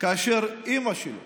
אימא שלו